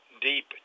Deep